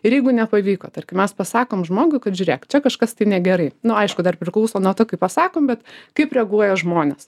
ir jeigu nepavyko tarkim mes pasakom žmogui kad žiūrėk čia kažkas tai negerai nu aišku dar priklauso nuo to kaip pasakom bet kaip reaguoja žmonės